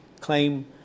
claim